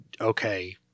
okay